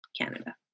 Canada